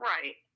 Right